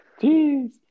Jeez